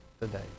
today